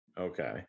Okay